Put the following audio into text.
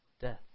death